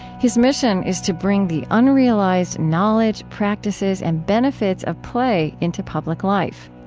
his mission is to bring the unrealized knowledge, practices, and benefits of play into public life.